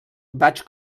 vaig